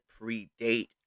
predate